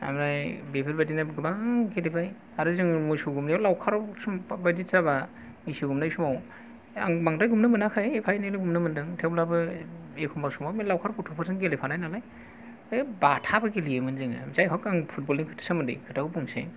ओमफ्राय बेफोरबायदिनो गोबां गेलेबाय आरो जोङो मोसौ गुमनायाव लावखाराव सम बादि जाबा मैसो गुमनाय समाव आं बांद्राय गुमनो मोनाखै एफा एनैल' गुमनो मोनदों थेवब्लाबो एखनबा समाव बे लावखार गथ'फोरजों गेलेफानाय नालाय बाथाबो गेलेयोमोन जोङो जायह'ग आं फुटबल नि सोमोन्दै खोथाखौ बुंनोसै